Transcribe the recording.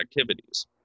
activities